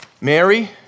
Mary